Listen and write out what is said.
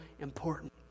important